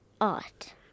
art